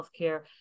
healthcare